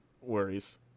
worries